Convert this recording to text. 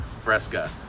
Fresca